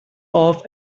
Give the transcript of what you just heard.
off